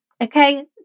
okay